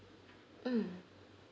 mm